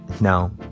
No